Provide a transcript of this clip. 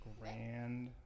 Grand